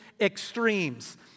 extremes